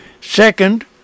Second